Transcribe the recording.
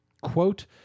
quote